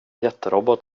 jätterobot